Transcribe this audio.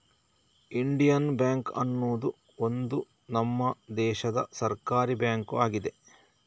Indian bank ಅನ್ನುದು ಒಂದು ನಮ್ಮ ದೇಶದ ಸರ್ಕಾರೀ ಬ್ಯಾಂಕು ಆಗಿದೆ